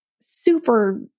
super